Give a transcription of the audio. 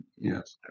yes